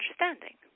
understanding